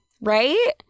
Right